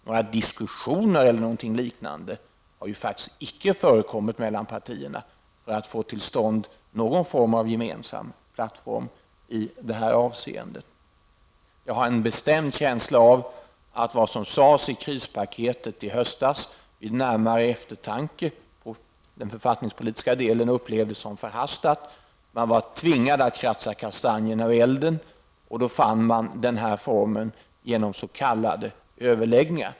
Några diskussioner eller något liknande har faktiskt inte förekommit mellan partierna för att få till stånd någon form av gemensam plattform i det här avseendet. Jag har en bestämd känsla av att vad som sades i krispaketet i höstas när det gäller den författningspolitiska delen vid närmare eftertanke upplevdes som förhastat. Man var tvingad att kratsa kastanjerna ur elden, och då fann man den här formen genom s.k. överläggningar.